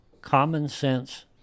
common-sense